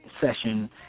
session